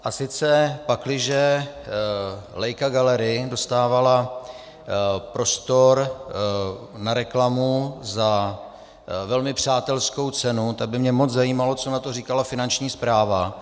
A sice pakliže Leica Gallery dostávala prostor na reklamu za velmi přátelskou cenu, tak by mě moc zajímalo, co na to říkala Finanční správa.